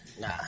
Nah